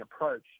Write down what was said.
approach